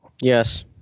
Yes